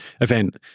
Event